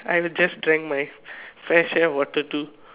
I have just drank my fresh air water too